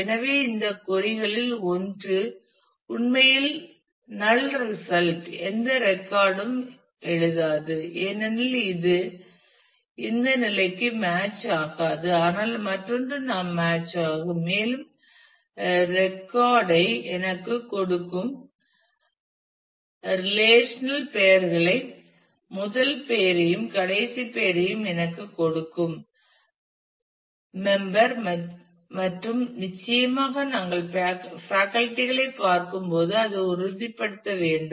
எனவே இந்த கொறி களில் ஒன்று உண்மையில் நல் ரிசல்ட் எந்த ரெக்கார்ட் ம் எழுதாது ஏனெனில் இது இந்த நிலைக்கு மேட்ச் ஆகாது ஆனால் மற்றொன்று நாம் மேட்ச் ஆகும் மேலும் ரெக்கார்ட் ஐ எனக்குக் கொடுக்கும் ரெலேஷனல் பெயர்களை முதல் பெயரையும் கடைசி பெயரையும் எனக்குக் கொடுக்கும் மெம்பர் மற்றும் நிச்சயமாக நாங்கள் பேக்கல்டி களைப் பார்க்கும்போது அதை உறுதிப்படுத்த வேண்டும்